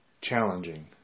challenging